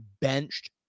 benched